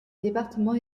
département